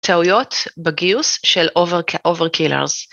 טעויות בגיוס של אוברקילרס.